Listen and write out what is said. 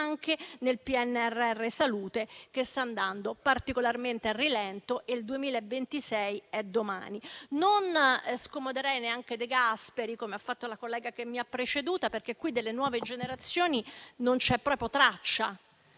anche nel PNRR salute, che sta andando particolarmente a rilento e il 2026 è domani. Non scomoderei neanche De Gasperi, come ha fatto la collega che mi ha preceduto, perché delle nuove generazioni non c'è proprio traccia